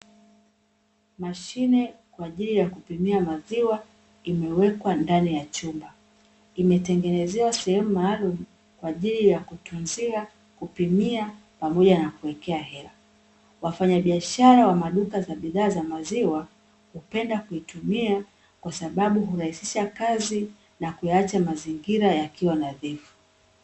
Mashine kwa ajili ya kupimia maziwa imewekwa ndani ya chumba. Imetengenezewa sehemu maalumu kwa ajili ya kutunzia, kupimia, pamoja na kuwekea hela. Wafanyabiashara wa maduka ya bidhaa za maziwa hupenda kuitumia kwa sababu hurahisisha kazi, na kuyaacha mazingira yakiwa nadhifu.